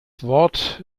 wort